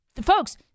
Folks